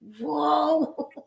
whoa